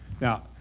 Now